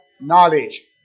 knowledge